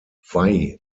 wei